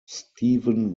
stephen